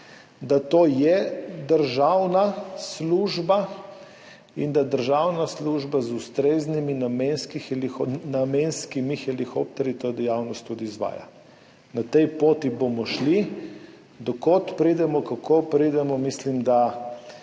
da je to državna služba in da državna služba z ustreznimi namenskimi helikopterji to dejavnost tudi izvaja. Po tej poti bomo šli, do kod pridemo, kako pridemo, mislim, da